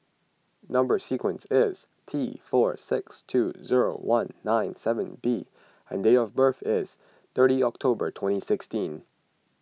Number Sequence is T four six two zero one nine seven B and date of birth is thirty October twenty sixteen